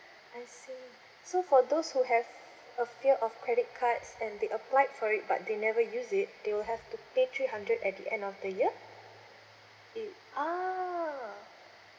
I see so for those who have a fear of credit cards and they applied for it but they never use it they will have to pay three hundred at the end of the year !ah!